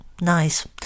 Nice